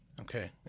Okay